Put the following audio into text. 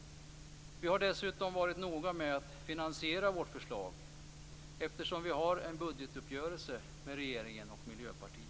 Vi har dessutom varit noga med att finansiera vårt förslag eftersom vi har en budgetuppgörelse med regeringen och Miljöpartiet.